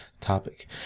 topic